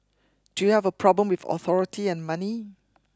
do you have a problem with authority and money